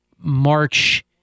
March